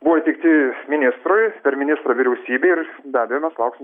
buvo teikti ministrui per ministrą vyriausybei ir be abejo lauksim